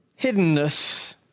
hiddenness